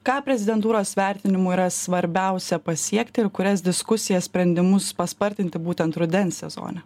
ką prezidentūros vertinimu yra svarbiausia pasiekti ir kurias diskusijas sprendimus paspartinti būtent rudens sezone